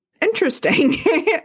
interesting